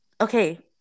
okay